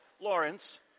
Lawrence